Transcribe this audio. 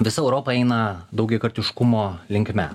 visa europa eina daugiakartiškumo linkme